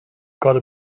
gotta